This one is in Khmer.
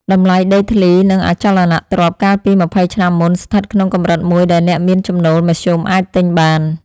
តម្លៃដីធ្លី និងអចលនទ្រព្យកាលពីម្ភៃឆ្នាំមុនស្ថិតក្នុងកម្រិតមួយដែលអ្នកមានចំណូលមធ្យមអាចទិញបាន។